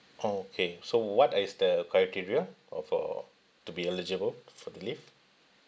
okay so what is the criteria or for to be eligible for the leave